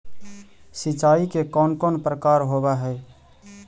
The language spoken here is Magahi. सिंचाई के कौन कौन प्रकार होव हइ?